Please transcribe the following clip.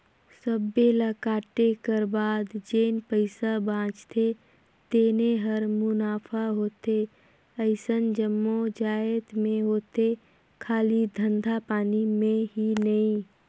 सबे ल कांटे कर बाद जेन पइसा बाचथे तेने हर मुनाफा होथे अइसन जम्मो जाएत में होथे खाली धंधा पानी में ही नई